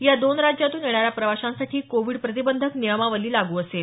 या दोन राज्यातून येणाऱ्या प्रवाशांसाठी कोविड प्रतिबंधक नियमावली लागू असेल